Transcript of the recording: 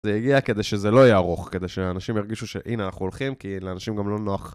זה הגיע כדי שזה לא יהיה ארוך, כדי שאנשים ירגישו שהנה אנחנו הולכים, כי לאנשים גם לא נוח.